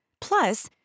Plus